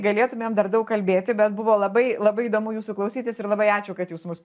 galėtumėm dar daug kalbėti bet buvo labai labai įdomu jūsų klausytis ir labai ačiū kad jūs mus